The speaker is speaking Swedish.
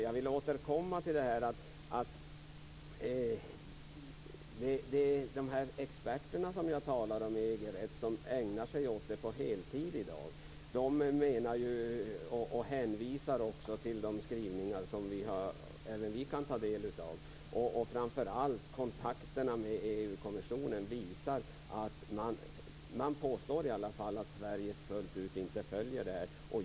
Jag vill återkomma till att de experter i EG-rätt som jag talade om, som ägnar sig åt detta på heltid i dag, hänvisar till de skrivningar som även vi kan ta del av. Framför allt kontakterna med EU kommissionen visar att man i alla fall påstår att Sverige inte fullt ut följer detta.